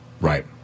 Right